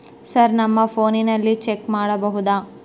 Sir ನಮ್ಮ ಫೋನಿನಲ್ಲಿ check ಮಾಡಬಹುದಾ?